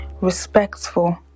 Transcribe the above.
respectful